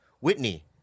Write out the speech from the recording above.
Whitney